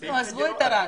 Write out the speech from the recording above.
- עזבו את ערד.